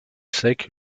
sec